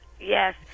Yes